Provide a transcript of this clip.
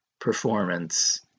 performance